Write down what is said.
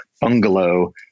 bungalow